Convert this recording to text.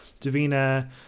davina